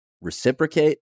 reciprocate